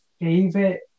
favorite